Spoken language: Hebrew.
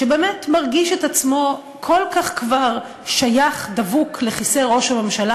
שבאמת מרגיש את עצמו כבר כל כך שייך ודבוק לכיסא ראש הממשלה